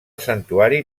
santuari